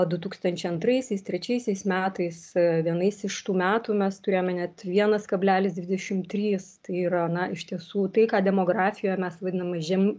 du tūkstančiai antraisiais trečiaisiais metais vienais iš tų metų mes turėjome net vienas kablelis dvidešim trys tai yra na iš tiesų tai ką demografije mes vadinam žem